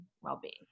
well-being